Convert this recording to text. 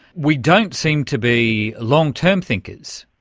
we don't seem to be long-term thinkers.